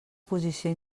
posició